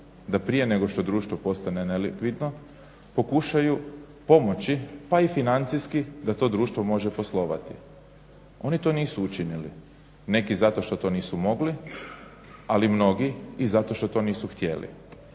da prije nego što društvo postane nelikvidno pokušaju pomoći, pa i financijski da to društvo može poslovati. Oni to nisu učinili. Neki zato što to nisu mogli, ali mnogi i zato što to nisu htjeli.